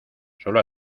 sólo